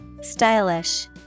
Stylish